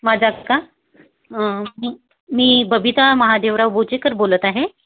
माझा का मी बबीता महादेवराव गोचेकर बोलत आहे